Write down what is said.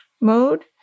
mode